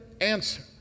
answer